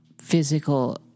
physical